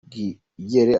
bwigere